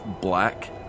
black